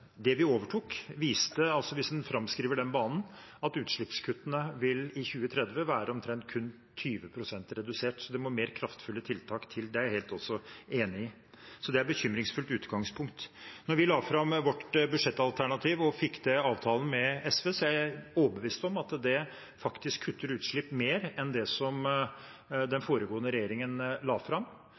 det vi overtok, viste – hvis man framskriver den banen – at utslippskuttene i 2030 kun vil være omtrent 20 pst. redusert, så det må mer kraftfulle tiltak til. Det er jeg også enig i. Så det er et bekymringsfullt utgangspunkt. Da vi la fram vårt budsjettalternativ og fikk til avtalen med SV, var jeg overbevist om at det faktisk kutter utslipp mer enn det som den foregående regjeringen la fram.